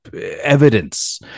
Evidence